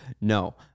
No